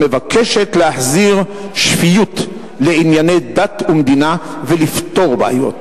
המבקשת להחזיר שפיות לענייני דת ומדינה ולפתור בעיות,